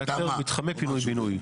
לאתר מתחמי פינוי בינוי.